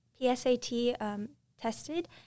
PSAT-tested